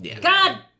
God